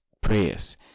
prayers